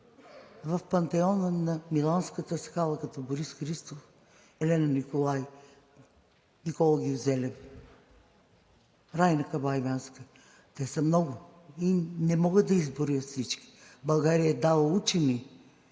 в пантеона на Миланската скала, като Борис Христов, Елена Николай, Никола Гюзелев, Райна Кабаиванска – те са много и не мога да изброя всички. България е дала учени